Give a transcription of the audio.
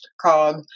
called